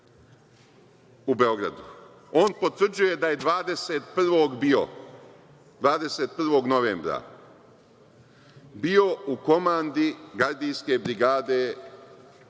u Beogradu. On potvrđuje da je 21. novembra bio u komandi gardijske brigade